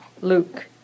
Luke